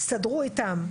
תסתדרו איתם.